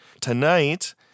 Tonight